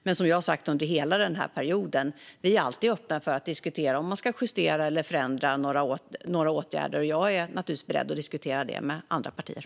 Men som jag har sagt under hela denna period: Vi är alltid öppna för att diskutera om vi ska justera eller förändra några åtgärder. Jag är givetvis beredd att diskutera det med andra partier.